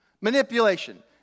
Manipulation